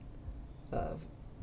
uh